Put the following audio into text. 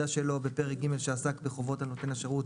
שלו בפרק ג' שעסק בחובות נותן השירות,